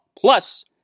plus